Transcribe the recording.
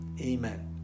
Amen